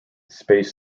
space